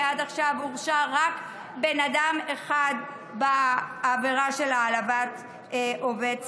ועד עכשיו הורשע רק בן אדם אחד בעבירה של העלבת עובד ציבור.